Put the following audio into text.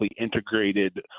integrated